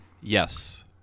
Yes